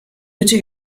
bitte